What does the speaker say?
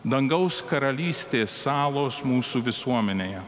dangaus karalystės salos mūsų visuomenėje